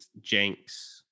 jenks